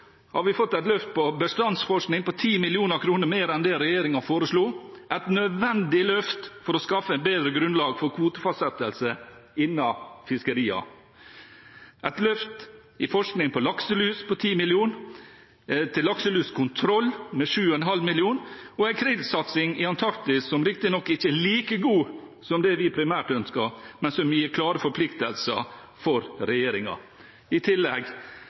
har vi fått et løft på bestandsforskning på 10 mill. kr mer enn det regjeringen foreslo – et nødvendig løft for å skaffe et bedre grunnlag for kvotefastsettelse innen fiskeriene. Vi har fått et løft i tilskuddet til forskning på lakselus på 10 mill. kr, og til lakseluskontroll på 7,5 mill. kr. Vi har fått en krillsatsing i Antarktis som riktignok ikke er like god som det vi primært ønsket, men som gir klare forpliktelser for regjeringen. I tillegg